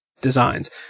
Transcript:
designs